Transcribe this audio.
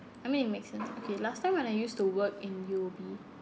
I mean it makes sense okay last time when I used to work in U_O_B